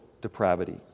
depravity